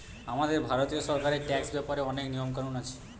আমাদের ভারতীয় সরকারের ট্যাক্স ব্যাপারে অনেক নিয়ম কানুন আছে